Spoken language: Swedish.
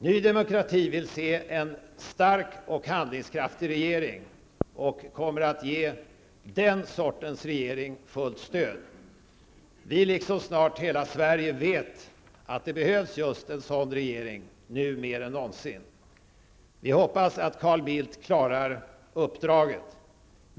Ny demokrati vill se en stark och handlingskraftig regering och kommer att ge den sortens regering fullt stöd. Vi, liksom snart hela Sverige, vet att det behövs just en sådan regering, nu mer än någonsin. Vi hoppas att Carl Bildt klarar uppdraget.